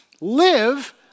live